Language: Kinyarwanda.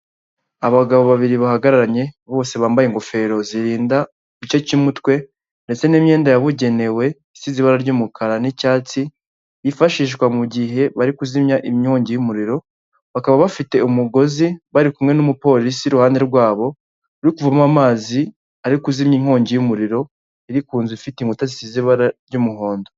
Abagabo babiri bahagararanye bose bambaye ingofero zirinda igice cy'umutwe ndetse n'imyenda yabugenewe, isize ibara ry'umukara n'icyatsi yifashishwa mu gihe bari kuzimya inkongi y'umuriro, bakaba bafite umugozi bari kumwe n'umupolisi iruhande rwabo, uri kuvamo amazi ari kuzimya inkongi y'umuriro iri kuzu ifite inkuta zisize ibara ry'umuhondo.